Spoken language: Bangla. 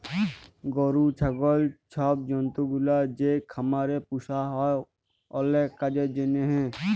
গরু, ছাগল ছব জল্তুগুলা যে খামারে পুসা হ্যয় অলেক কাজের জ্যনহে